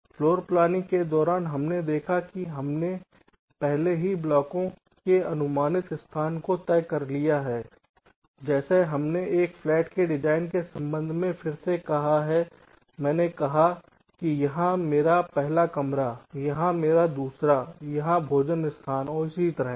floor planning के दौरान हमने देखा कि हमने पहले ही ब्लॉकों के अनुमानित स्थानों को तय कर लिया है जैसे हमने एक फ्लैट के डिजाइन के संबंध में फिर से कहा है मैंने कहा कि यहाँ मेरा पहला कमरा है यहाँ यह दूसरा कमरा है यहाँ भोजन स्थान और इसी तरह है